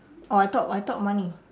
oh I thought I thought money